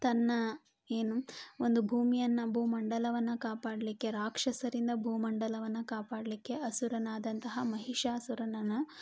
ತನ್ನ ಏನು ಒಂದು ಭೂಮಿಯನ್ನು ಭೂಮಂಡಲವನ್ನ ಕಾಪಾಡಲಿಕ್ಕೆ ರಾಕ್ಷಸರಿಂದ ಭೂಮಂಡಲವನ್ನ ಕಾಪಾಡಲಿಕ್ಕೆ ಅಸುರನಾದಂತಹ ಮಹಿಷಾಸುರನನ್ನು